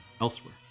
elsewhere